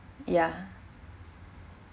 ya